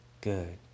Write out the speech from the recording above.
good